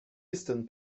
eastern